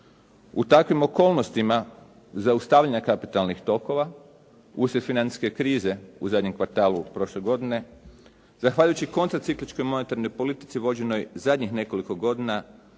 U takvim okolnostima zaustavljanja kapitalnih tokova uslijed financijske krize u zadnjem kvartalu prošle godine zahvaljujući kontracikličkoj monetarnoj politici vođenih zadnjih nekoliko godina